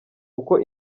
uko